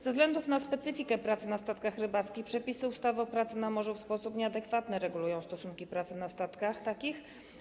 Ze względu na specyfikę pracy na statkach rybackich przepisy ustawy o pracy na morzu w sposób nieadekwatny regulują stosunki pracy na takich statkach.